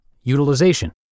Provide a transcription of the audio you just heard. utilization